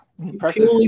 Impressive